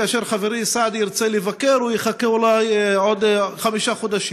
כאשר חברי סעדי ירצה לבקר הוא יחכה אולי עוד חמישה חודשים.